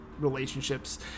relationships